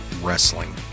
wrestling